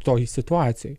toj situacijoj